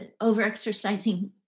over-exercising